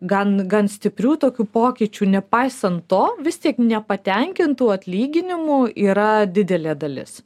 gan gan stiprių tokių pokyčių nepaisant to vis tiek nepatenkintų atlyginimų yra didelė dalis